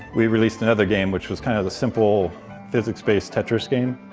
we released another game, which was kind of a simple physics-based tetris game.